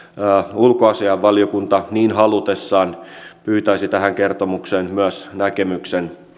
ulkoasiainvaliokunta niin halutessaan pyytäisi tähän kertomukseen myös näkemyksen